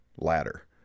ladder